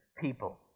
people